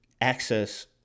access